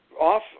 off